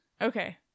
Okay